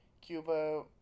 Cuba